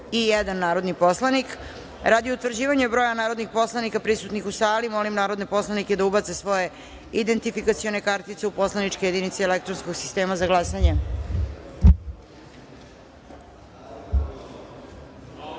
91 narodni poslanik. Radi utvrđivanja broja narodnih poslanika prisutnih u sali, molim narodne poslanike da ubacite svoje identifikacione kartice u poslaničke jedinice elektronskog sistema za glasanje. Hajde